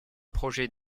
projet